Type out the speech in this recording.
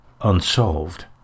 unsolved